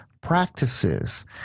practices